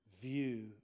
view